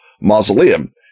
Mausoleum